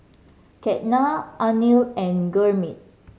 Ketna Anil and Gurmeet